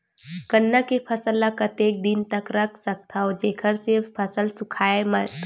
गन्ना के फसल ल कतेक दिन तक रख सकथव जेखर से फसल सूखाय मत?